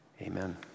Amen